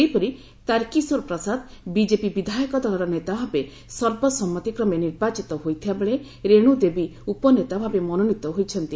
ସେହିପରି ତାର୍କିଶୋର ପ୍ରସାଦ୍ ବିଜେପି ବିଧାୟକ ଦଳର ନେତାଭାବେ ସର୍ବସମ୍ମତିକ୍ରମେ ନିର୍ବାଚିତ ହୋଇଥିବାବେଳେ ରେଣୁ ଦେବୀ ଉପନେତା ଭାବେ ମନୋନୀତ ହୋଇଛନ୍ତି